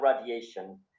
radiation